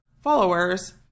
followers